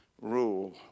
rule